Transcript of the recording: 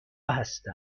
هستم